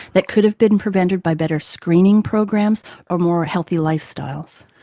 that could have been prevented by better screening programs or more healthy lifestyles.